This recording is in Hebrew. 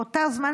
באותו זמן,